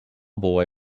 boy